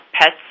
pets